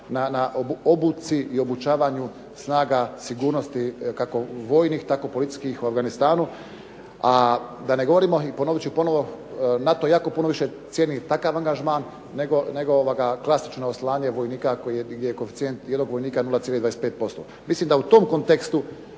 na obuci i obučavanju snaga sigurnosti kako vojnih tako i policijskih u Afganistanu. A da ne govorimo, i ponovit ću ponovno, NATO puno više cijeni takav angažman nego klasično slanje vojnika gdje je koeficijent jednog vojnika 0,25%. Mislim da u tom kontekstu